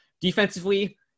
defensively